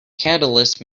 catalysts